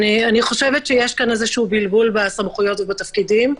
אני חושבת שיש פה בלבול בסמכויות ובתפקידים,